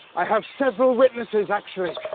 i have several witnesses, actually.